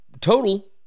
total